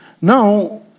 Now